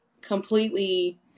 completely